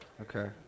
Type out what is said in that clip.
Okay